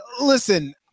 Listen